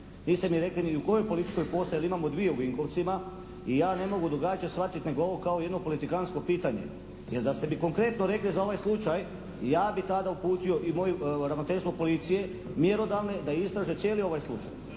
niste mi rekli ni u kojoj policijskoj postaji jer imamo dvije u Vinkovcima i ja ne mogu ovo drugačije shvatiti nego kao jedno politikantsko pitanje. Jer da ste mi konkretno rekli za ovaj slučaj ja bi tada uputio i moje ravnateljstvo policije, mjerodavno da istraže cijeli ovaj slučaj.